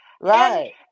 Right